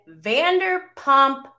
Vanderpump